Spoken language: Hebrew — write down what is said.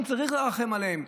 צריך לרחם עליהם,